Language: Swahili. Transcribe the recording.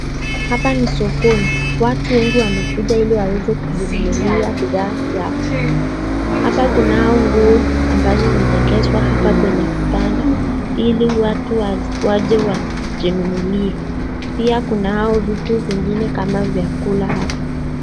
Hapa ni sokoni, watu wengi wamekuja ili waweze kujinunulia bidhaa yao. Hapa kunao nguo ambazo zimeegezwa hapa kwenye kibanda ili watu waje wajinunulie. Pia kunao vitu vingine kama vyakula hapo.